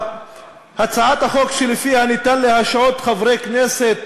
הצעת החוק שלפיה ניתן להשעות חברי כנסת